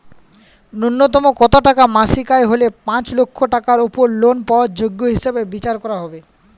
ন্যুনতম কত টাকা মাসিক আয় হলে পাঁচ লক্ষ টাকার উপর লোন পাওয়ার যোগ্য হিসেবে বিচার করা হবে?